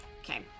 Okay